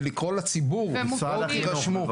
ולקרוא לציבור בואו תרשמו.